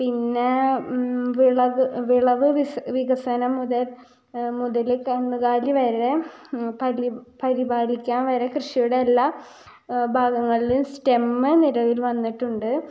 പിന്നെ വിളവ് വിളവ് വികസനം മുതൽ മുതൽ കന്നുകാലി വരെ പരിപാലിക്കാൻ വരെ കൃഷിയുടെ എല്ലാ ഭാഗങ്ങളിലും സ്റ്റെമ്മ് നിലവിൽ വന്നിട്ടുണ്ട്